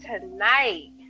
tonight